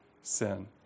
sin